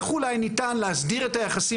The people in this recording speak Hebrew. וגם לתת לנו את היכולת להמשיך ולהוביל את הנושאים